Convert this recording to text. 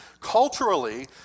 Culturally